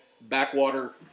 backwater